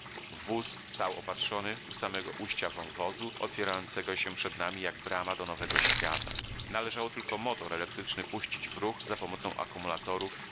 wóz stał opatrzony u samego ujścia wąwozu otwierającego się przed nami jak brama do nowego świata należało tylko motor elektryczny puścić w ruch za pomocą akumulatorów nabitych